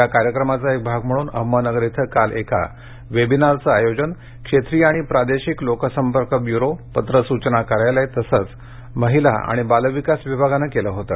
या कार्यक्रमाचा एक भाग म्हणून अहमदनगर इथ काल एका वेबिनारचं आयोजन क्षेत्रीय आणि प्रादेशिक लोक संपर्क ब्यूरो पत्र सूचना कार्यालय तसंच महिला आणि बालविकास विभागानं केलं होतं